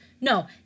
no